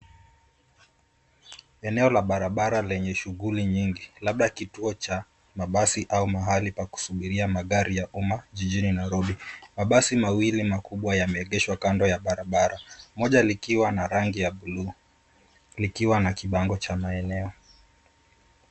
Eneo la barabara lenye shughuli nyingi labda kituo cha mabasi au pahali pa kusubiria magari ya umma jijini Nairobi. Mabasi mawili makubwa yameegeshwa kando ya barabara. Moja likiwa na rangi ya bluu likiwa na kibango cha maeneo.